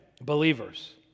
believers